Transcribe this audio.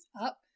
up